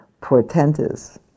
portentous